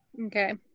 Okay